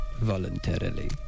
voluntarily